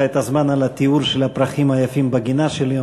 למען הסר ספק הוספתי לך את הזמן על התיאור של הפרחים היפים בגינה שלי.